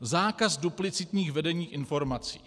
Zákaz duplicitních vedení informací.